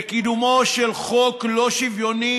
וקידומו של חוק לא שוויוני,